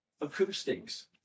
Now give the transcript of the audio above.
Acoustics